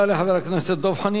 חבר הכנסת אורי אריאל,